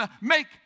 Make